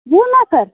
وُہ نَفر